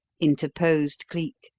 interposed cleek.